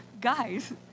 guys